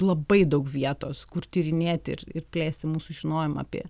labai daug vietos kur tyrinėti ir ir plėsti mūsų žinojimą apie